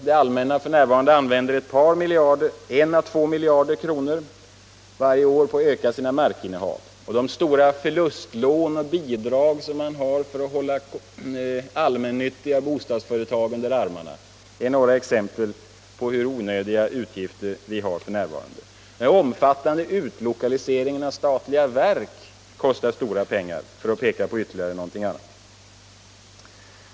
Det allmänna använder i dag 1-2 miljarder varje år för att öka sina markinnehav. Med stora förlustlån och bidrag håller man allmän Allmänpolitisk debatt debatt nyttiga bostadsföretag under armarna. Det är ett par exempel på onödiga utgifter som vi har f. n. Den omfattande utlokaliseringen av statliga verk kostar stora pengar, för att peka på ett annat.